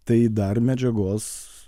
tai dar medžiagos